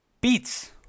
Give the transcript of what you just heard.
beats